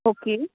okay